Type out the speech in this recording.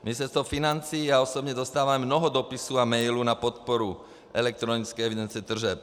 Ministerstvo financí a já osobně dostávám mnoho dopisů a mailů na podporu elektronické evidence tržeb.